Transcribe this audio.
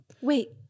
wait